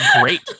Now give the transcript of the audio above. great